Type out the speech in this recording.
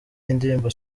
y’indirimbo